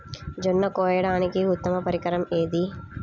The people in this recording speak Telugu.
జొన్న కోయడానికి ఉత్తమ పరికరం ఏది?